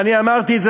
ואני אמרתי את זה,